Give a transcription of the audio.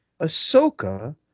Ahsoka